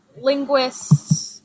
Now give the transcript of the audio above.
linguists